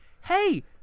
Hey